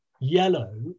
yellow